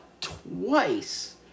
twice